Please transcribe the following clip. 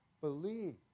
believe